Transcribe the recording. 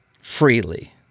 freely